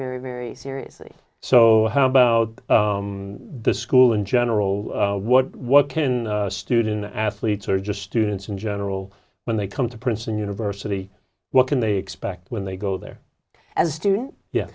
very very seriously so how about the school in general what what student athletes or just students in general when they come to princeton university what can they expect when they go there as a student yeah